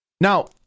Now